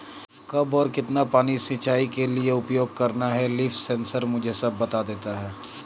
कब और कितना पानी सिंचाई के लिए उपयोग करना है लीफ सेंसर मुझे सब बता देता है